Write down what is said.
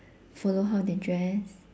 follow how they dress